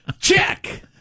Check